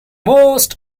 most